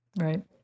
Right